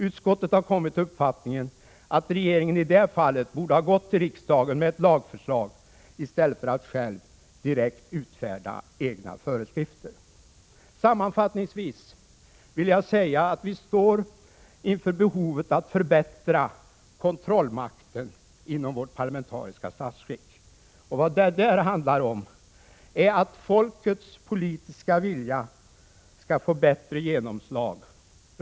Utskottet har kommit till den uppfattningen att regeringen i det fallet borde ha gått till riksdagen med ett lagförslag, i stället för att själv direkt utfärda egna föreskrifter. Sammanfattningsvis vill jag säga att vi står inför behovet av att förbättra kontrollmakten inom vårt parlamentariska statsskick. Det handlar om att folkets politiska vilja skall få bättre genomslag.